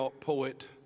poet